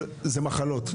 אבל זה מחלות.